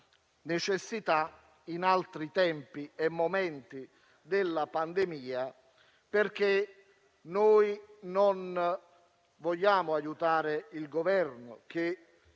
necessità in altri tempi e momenti della pandemia. Non vogliamo aiutare il Governo -